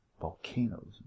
volcanoes